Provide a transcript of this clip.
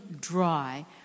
dry